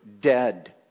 dead